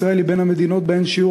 ישראל היא בין המדינות שבהן שיעור